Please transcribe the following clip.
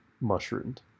mushroomed